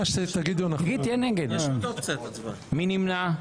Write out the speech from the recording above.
מה שתגידו אנחנו --- מי נמנע?